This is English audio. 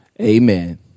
Amen